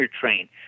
train